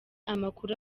amakuru